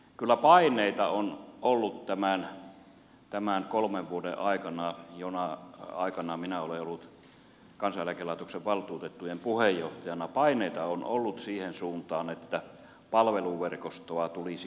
kyllä paineita on ollut tämän kolmen vuoden aikana jona aikana minä olen ollut kansaneläkelaitoksen valtuutettujen puheenjohtajana siihen suuntaan että palveluverkostoa tulisi karsia